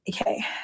Okay